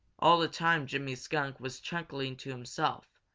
all the time jimmy skunk was chuckling to himself,